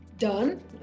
done